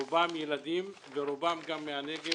רובם ילדים ורובם גם מהנגב,